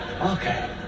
Okay